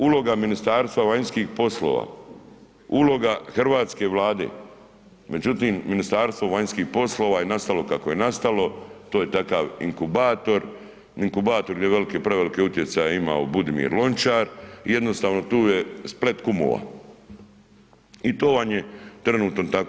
Uloga Ministarstva vanjskih poslova, uloga hrvatske Vlade međutim Ministarstvo vanjskih poslova je nastalo kako je nastalo, to je takav inkubator, inkubator gdje veliki, preveliki utjecaj imao Budimir Lončar i jednostavno tu je splet kumova i to vam je trenutno tako.